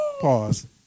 pause